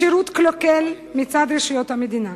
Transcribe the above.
בשירות קלוקל מצד רשויות המדינה,